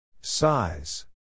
Size